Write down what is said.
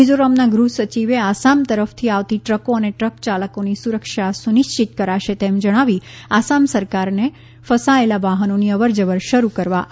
મિઝોરમના ગૃહસચિવે આસામ તરફથી આવતી ટ્રકો અને ટ્રકો ચાલકોની સુરક્ષા સુનિશ્ચિત કરાશે તેમ જણાવી આસામ સરકારને ફસાયેલા વાહનોની અવરજવર શરૂ કરવા આગ્રહપૂર્વક જણાવ્યું હતુ